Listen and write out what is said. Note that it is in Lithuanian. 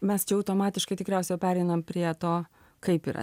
mes čia automatiškai tikriausia jau pereinam prie to kaip yra